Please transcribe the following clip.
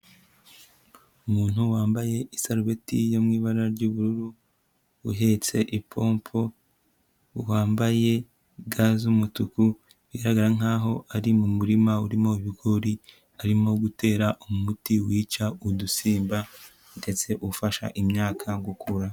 Umuntu wambaye isarubeti yo mu ibara ry'ubururu uhetse ipompo, wambaye uturinda ntoki tw'umutuku, bigaragara ko ari mu murima urimo ibigori, arimo gutera umuti wica udusimba ndetse ufasha imyaka gukura.